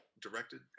directed